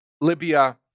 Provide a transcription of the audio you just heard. Libya